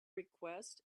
request